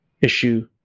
issue